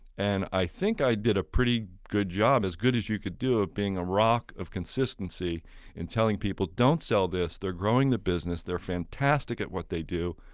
and i think i did a pretty good job, as good as you can do at ah being a rock of consistency in telling people don't sell this. they're growing the business. they're fantastic at what they do.